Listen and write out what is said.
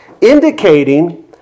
indicating